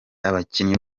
abakinnyi